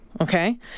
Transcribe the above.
Okay